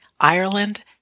Ireland